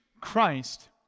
Christ